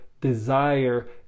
desire